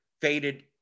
faded